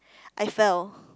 I fell